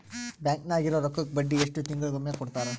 Bank ನಾಗಿರೋ ರೊಕ್ಕಕ್ಕ ಬಡ್ಡಿ ಎಷ್ಟು ತಿಂಗಳಿಗೊಮ್ಮೆ ಕೊಡ್ತಾರ?